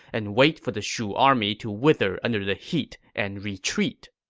and wait for the shu army to wither under the heat and retreat.